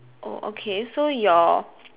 oh okay so your